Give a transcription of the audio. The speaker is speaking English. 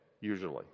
usually